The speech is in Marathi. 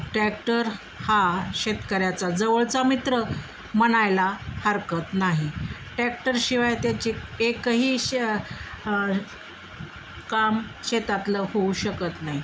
टॅक्टर हा शेतकऱ्याचा जवळचा मित्र मानायला हरकत नाही टॅक्टरशिवाय त्याची एकही श काम शेतातलं होऊ शकत नाही